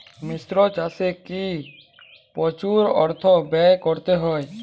মিশ্র চাষে কি প্রচুর অর্থ ব্যয় করতে হয়?